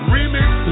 Remix